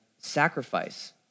sacrifice